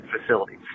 facilities